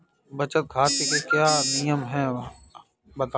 बचत खाते के क्या नियम हैं बताएँ?